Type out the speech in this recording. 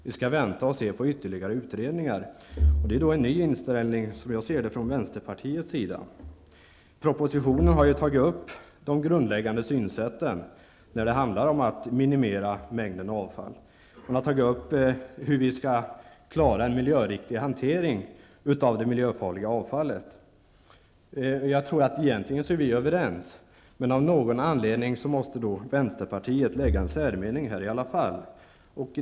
Vi skall vänta på ytterligare utredningar. Som jag ser det är detta en ny inställning från vänsterpartiet. I propositionen har ju de grundläggande synsätten tagits upp i fråga om att minimiera mängden avfall. I propositionen tar man upp hur vi skall klara en miljöriktig hantering av det miljöfarliga avfallet. Jag tror egentligen att vi är överens. Men av någon anledning måste vänsterpartiet ändå foga en meningsyttring till betänkandet.